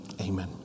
Amen